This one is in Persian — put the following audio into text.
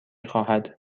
خواهد